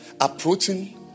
approaching